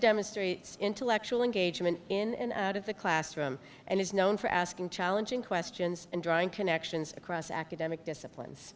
demonstrates intellectual engagement in the classroom and is known for asking challenging questions and drawing connections across academic disciplines